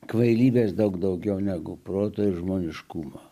kvailybės daug daugiau negu proto ir žmogiškumą